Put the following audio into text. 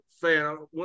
fan